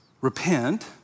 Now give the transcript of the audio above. repent